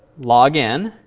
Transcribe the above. log in.